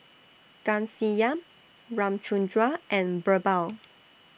Ghanshyam Ramchundra and Birbal